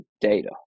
data